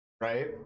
right